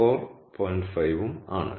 5 ഉം ആണ്